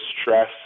stress